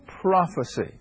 prophecy